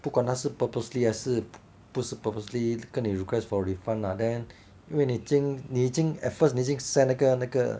不管他是 purposely 还是不是 purposely 跟你 request for refund lah then 因为你已经你已经 at first 你已经 send 那个那个